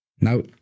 Now